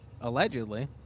allegedly